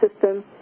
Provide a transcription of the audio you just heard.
system